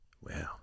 Wow